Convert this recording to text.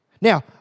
Now